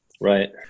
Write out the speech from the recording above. Right